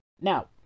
Now